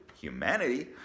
humanity